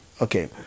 okay